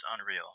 unreal